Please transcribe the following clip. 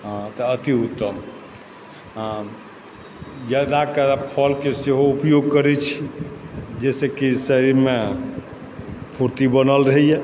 हँ तऽ अति उत्तम हँ यदा कदा फलके सेहो उपयोग करैत छी जाहिसँ की शरीरमे फुर्ती बनल रहैए